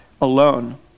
alone